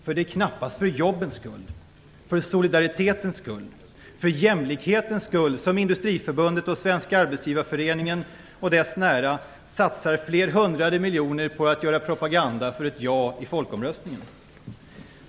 För det är knappast för jobbens skull, för solidaritetens skull, för jämlikhetens skull som Industriförbundet och Svenska arbetsgivareföreningen och dess nära satsar flerhundrade miljoner på att göra propaganda för ett ja i folkomröstningen.